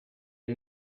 est